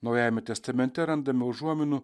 naujajame testamente randame užuominų